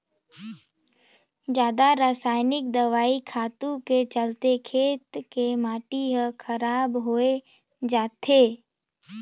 जादा रसायनिक दवई खातू के चलते खेत के माटी हर खराब होवत जात हे